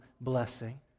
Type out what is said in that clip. blessing